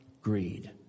greed